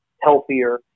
healthier